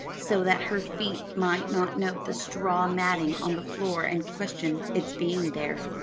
so that her feet might not note the straw matting on the floor and question its being there.